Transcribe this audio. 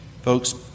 Folks